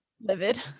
Livid